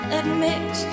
admit